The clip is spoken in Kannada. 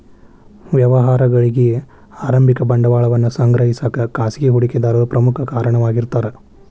ವ್ಯವಹಾರಗಳಿಗಿ ಆರಂಭಿಕ ಬಂಡವಾಳವನ್ನ ಸಂಗ್ರಹಿಸಕ ಖಾಸಗಿ ಹೂಡಿಕೆದಾರರು ಪ್ರಮುಖ ಕಾರಣವಾಗಿರ್ತಾರ